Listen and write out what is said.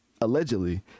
allegedly